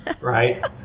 right